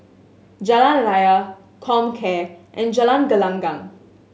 Jalan Raya Comcare and Jalan Gelenggang